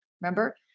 Remember